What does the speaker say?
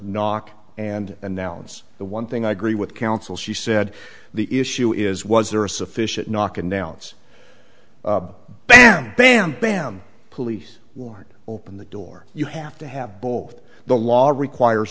knock and announce the one thing i agree with counsel she said the issue is was there a sufficient knock announce bam bam bam police war opened the door you have to have both the law requires